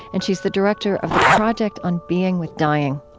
and she's the director of the project on being with dying.